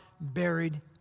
buried